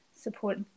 support